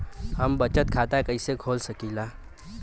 हम बचत खाता कईसे खोल सकिला?